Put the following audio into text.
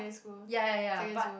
ya ya ya but